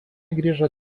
grįžo